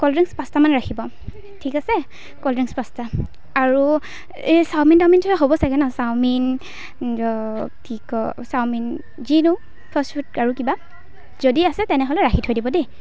cold drinks পাঁচটামান ৰাখিব ঠিক আছে কলড্ৰিংকচ পাঁচটা আৰু এই চাওমিন তাওমিন কিবা হ'ব চাগে ন' চাওমিন কি কয় চাওমিন যিনো ফাষ্ট ফুড আৰু কিবা যদি আছে তেনেহ'লে ৰাখি থৈ দিব দেই